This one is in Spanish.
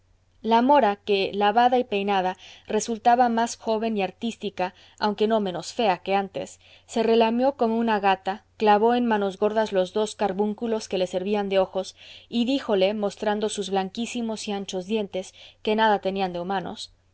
la mora que lavada y peinada resultaba más joven y artística aunque no menos fea que antes se relamió como una gata clavó en manos gordas los dos carbunclos que le servían de ojos y díjole mostrando sus blanquísimos y anchos dientes que nada tenían de humanos